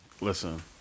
Listen